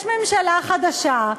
יש ממשלה חדשה,